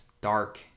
dark